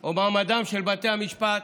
או מעמדם של בתי המשפט,